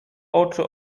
oczu